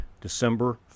December